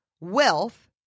wealth